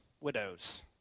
widows